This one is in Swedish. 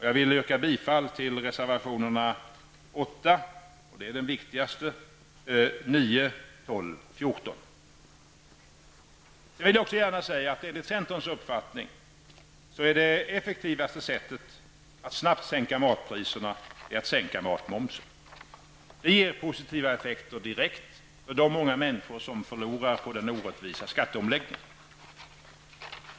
Jag yrkar bifall till reservationerna 8, och det är den viktigaste, 9, 12 och 14. Enligt centerns uppfattning är det effektivaste sättet att snabbt sänka matpriserna att sänka matmomsen. Det ger direkt positiva effekter för de många människor som förlorar på den orättvisa skatteomläggningen.